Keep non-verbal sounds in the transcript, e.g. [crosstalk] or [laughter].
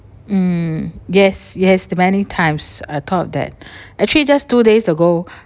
mm yes yes the many times I thought that [breath] actually just two days ago